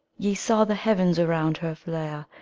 ye saw the heavens around her flare,